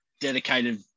dedicated